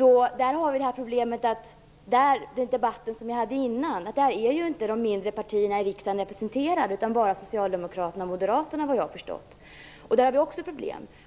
återkommer det problem som vi diskuterade i debatten tidigare, nämligen att där är ju inte de mindre partierna i riksdagen representerade utan bara Socialdemokraterna och Moderaterna, vad jag har förstått. Det är också ett problem.